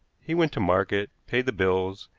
he went to market, paid the bills,